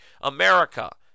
America